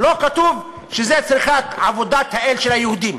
לא כתוב שזו צריכה להיות עבודת האל של היהודים.